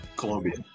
Colombia